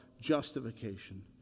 justification